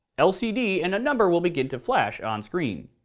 lcd and a number will begin to flash on screen.